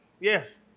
Yes